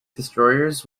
destroyers